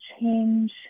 change